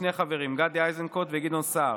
שני חברים: גדי איזנקוט וגדעון סער,